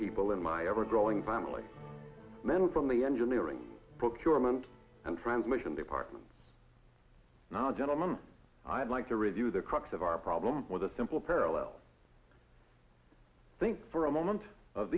people in my ever growing family men from the engineering procurement and transmission department now gentlemen i'd like to review the crux of our problem with a simple parallel think for a moment of